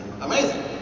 amazing